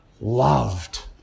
loved